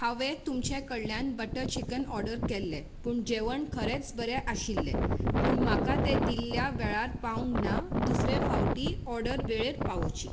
हांवें तुमचे कडल्यान बटर चिकन ऑर्डर केल्ले पूण जेवण खरेच बरें आशिल्ले पूण म्हाका ते दिल्ल्या वेळार पावुंक ना दुसऱ्या फावटी ऑर्डर वेळेत पावोवची